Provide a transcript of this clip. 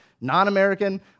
non-American